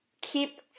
keep